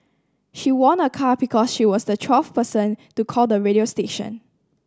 she won a car because she was the twelfth person to call the radio station